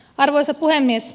arvoisa puhemies